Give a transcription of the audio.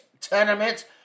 tournament